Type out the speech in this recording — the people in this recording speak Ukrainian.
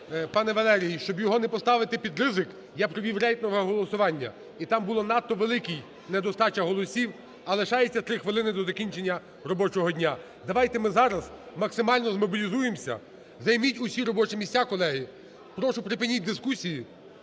Пане Валерій, щоб його не поставити під ризик. Я провів рейтингове голосування, і там була надто велика недостача голосів, а лишається три хвилини до закінчення робочого дня. Давайте ми зараз максимально змобілізуємося. Займіть усі робочі місця, колеги. Прошу, припиніть дискусії,